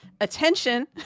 attention